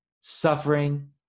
suffering